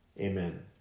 Amen